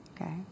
okay